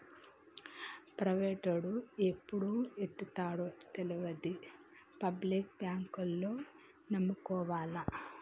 ప్రైవేటోడు ఎప్పుడు ఎత్తేత్తడో తెల్వది, పబ్లిక్ బాంకుల్నే నమ్ముకోవాల